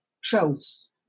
shelves